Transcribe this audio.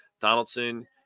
Donaldson